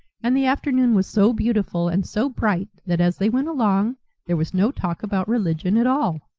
and the afternoon was so beautiful and so bright that as they went along there was no talk about religion at all!